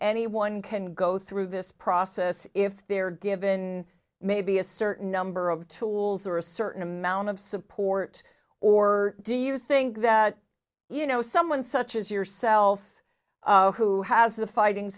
anyone can go through this process if they're given maybe a certain number of tools or a certain amount of support or do you think that you know someone such as yourself who has the fighting